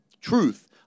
Truth